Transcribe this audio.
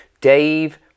Dave